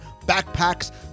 backpacks